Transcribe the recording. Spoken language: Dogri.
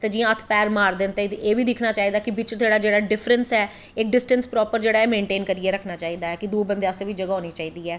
ते जियां हत्थ पैर मारदे न ते एह् बी दिक्खनां चाही दा कि जेह्ड़ा बिच्च डिफ्रैंस ऐ एह् डिस्टैंस जेह्ड़ा मेंटेन करियै रक्खना चाही दा कि दुऐ बंदे आस्तै बी जगाह् होनीं चाही दी ऐ